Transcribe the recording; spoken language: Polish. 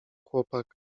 chłopak